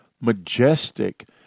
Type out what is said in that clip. Majestic